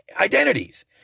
identities